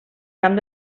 camp